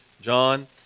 John